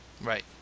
Right